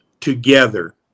together